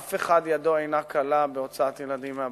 אף אחד ידו אינה קלה בהוצאת ילדים מהבתים,